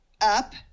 up